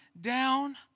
down